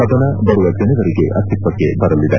ಸದನ ಬರುವ ಜನವರಿಗೆ ಅಸ್ತಿತ್ವಕ್ಕೆ ಬರಲಿದೆ